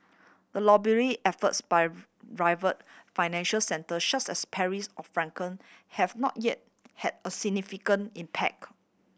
the lobbying efforts by rival financial centre such as Paris or Frankfurt have not yet had a significant impact